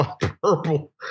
purple